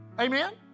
Amen